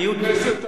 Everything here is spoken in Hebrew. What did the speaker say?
אני, איך אומרים?